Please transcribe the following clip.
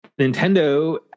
nintendo